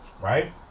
right